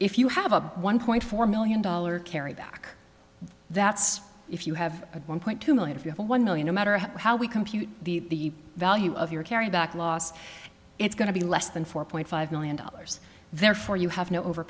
if you have a one point four million dollar kerry back that's if you have a one point two million if you have a one million no matter how we compute the value of your carry back laws it's going to be less than four point five million dollars therefore you have no over